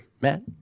Matt